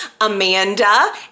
Amanda